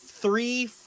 Three